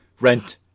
Rent